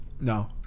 No